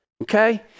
okay